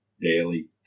daily